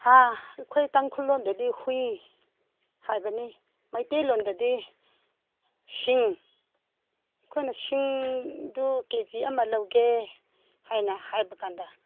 ꯑꯩꯈꯣꯏ ꯇꯥꯡꯈꯨꯜ ꯂꯣꯟꯗꯗꯤ ꯍꯨꯏ ꯍꯥꯏꯕꯅꯤ ꯃꯩꯇꯩꯂꯣꯟꯗꯗꯤ ꯁꯤꯡ ꯑꯩꯈꯣꯏꯅ ꯁꯤꯡꯗꯨ ꯀꯦꯖꯤ ꯑꯃ ꯂꯧꯒꯦ ꯍꯥꯏꯅ ꯍꯥꯏꯕ ꯀꯥꯟꯗ